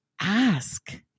ask